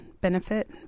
benefit